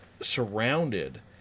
surrounded